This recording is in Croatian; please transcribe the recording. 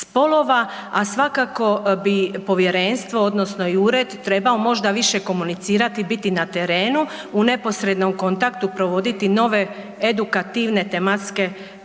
a svakako bi povjerenstvo odnosno i ured trebao možda više komunicirati i biti na terenu u neposrednom kontaktu provoditi nove edukativne tematske kampanje.